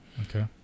Okay